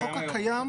החוק הקיים,